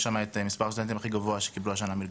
את מספר הסטודנטים הכי גבוה שקיבלו השנה מלגה.